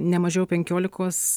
ne mažiau penkiolikos